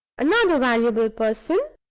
another valuable person.